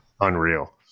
unreal